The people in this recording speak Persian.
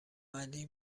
علی